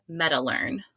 MetaLearn